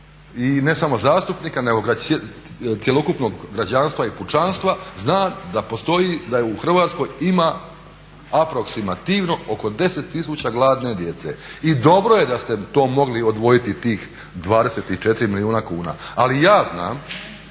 i ne samo zastupnika nego cjelokupnog građanstva i pučanstva zna da postoji da u Hrvatskoj ima aproksimativno oko 10 tisuća gladne djece. I dobro je da ste to mogli odvojiti tih 24 milijuna kuna. Ali ja znam,